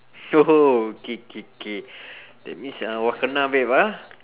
oh K K K that means ah wa kena babe ah